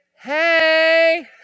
hey